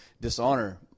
dishonor